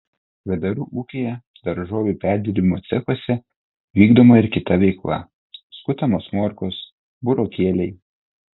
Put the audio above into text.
kvedarų ūkyje daržovių perdirbimo cechuose vykdoma ir kita veikla skutamos morkos burokėliai